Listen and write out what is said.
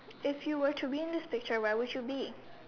if you were to be in this picture where would you be